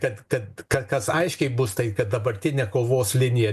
kad kad kas aiškiai bus tai kad dabartinė kovos linija